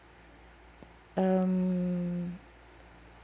um